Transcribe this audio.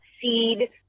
seed